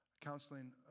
counseling